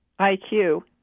IQ